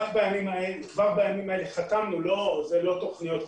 כבר בימים האלה חתמנו אלה לא תוכניות,